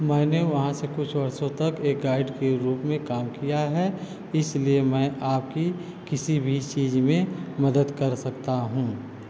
मैंने वहाँ से कुछ वर्षों तक एक गाइड के रूप में काम किया है इसलिए मैं आपकी किसी भी चीज़ में मदद कर सकता हूँ